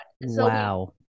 Wow